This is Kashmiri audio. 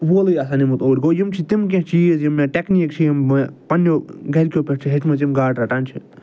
وولٕے آسان نِمُت اور یِم چھِ تِم کیٚنٛہہ چیٖز یِم مےٚ ٹٮ۪کنیٖک چھِ یِم پنٛنیو گرِکیو پٮ۪ٹھ چھِ ہیٚچھمژٕ یِم گاڈٕ رَٹان چھِ